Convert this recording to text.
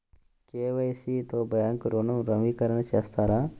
KYC తో bank ఋణం నవీకరణ చేస్తారా?